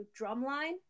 Drumline